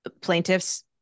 plaintiffs